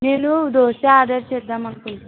నేను దోశ ఆర్డర్ చేద్దాం అనుకుంటున్నాను